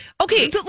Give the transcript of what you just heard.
okay